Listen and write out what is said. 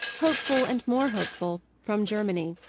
hopeful and more hopeful, from germany.